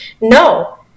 no